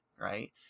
Right